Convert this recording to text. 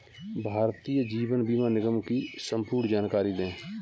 भारतीय जीवन बीमा निगम की संपूर्ण जानकारी दें?